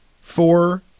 four